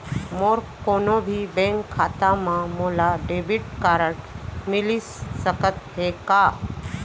मोर कोनो भी बैंक खाता मा मोला डेबिट कारड मिलिस सकत हे का?